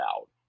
out